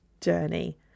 journey